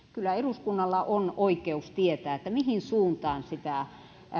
kyllä eduskunnalla on oikeus tietää mihin suuntaan sitä